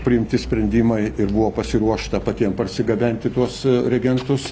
priimti sprendimai ir buvo pasiruošta patiem parsigabenti tuos reagentus